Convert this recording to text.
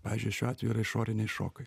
pavyzdžiui šiuo atveju išoriniai šokai